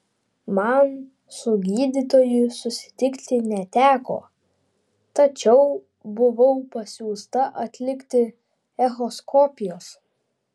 man su gydytoju susitikti neteko tačiau buvau pasiųsta atlikti echoskopijos